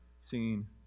seen